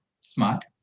smart